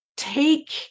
take